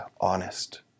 honest